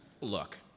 Look